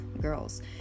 girls